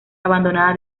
abandonada